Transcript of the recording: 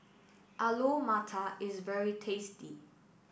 Alu Matar is very tasty